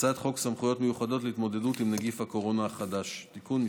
בהצעת חוק סמכויות מיוחדות להתמודדות עם נגיף הקורונה החדש (תיקון מס'